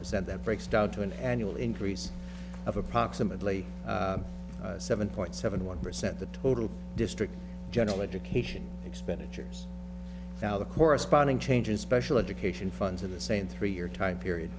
percent that breaks down to an annual increase of approximately seven point seven one percent the total district general education expenditures now the corresponding change in special education funds in the same three year time period